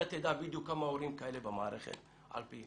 אתה תדע בדיוק כמה הורים כאלה במערכת על פי